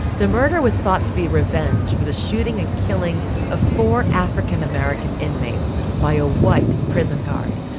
the murder was thought to be revenge for the shooting and killing of four african-american inmates by a white prison guard,